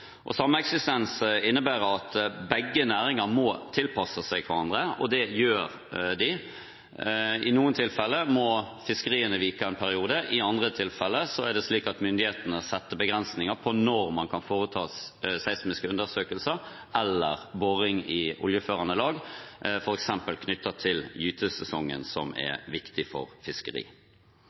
innebærer at begge næringene må tilpasse seg til hverandre, og det gjør de. I noen tilfeller må fiskeriene vike i en periode, i andre tilfeller er det slik at myndighetene setter begrensninger for når man kan foreta seismiske undersøkelser eller boring i oljeførende lag, f.eks. knyttet til gytesesongen, som er viktig for